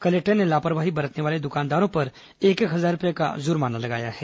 collector ने लापरवाही बरतने वाले दुकानदारों पर एक एक हजार का जुर्माना लगाया है